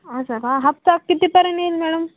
असं का हप्ता कितीपर्यंत येईन मॅडम